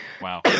Wow